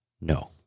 No